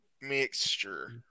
mixture